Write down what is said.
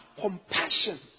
compassion